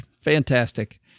Fantastic